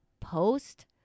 post